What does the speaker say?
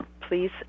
please